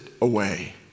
away